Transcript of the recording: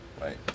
Right